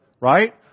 right